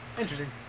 Interesting